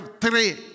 three